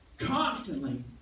constantly